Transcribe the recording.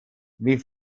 wie